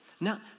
Now